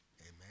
Amen